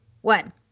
one